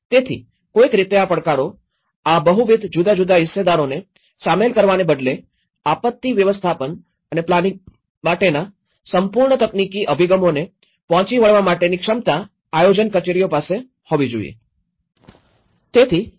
તેથી કોઈક રીતે આ પડકારો આ બહુવિધ જુદા જુદા હિસ્સેદારોને સામેલ કરવાને બદલે આપત્તિ વ્યવસ્થાપન અને પ્લાનિંગ માટેના સંપૂર્ણ તકનીકી અભિગમોને પહોંચી વળવા માટેની ક્ષમતા આયોજન કચેરીઓ પાસે હોવી જોઈએ